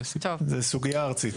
זו סוגיה ארצית.